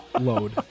Load